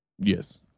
Yes